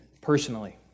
personally